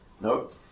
Nope